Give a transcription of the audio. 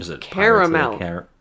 caramel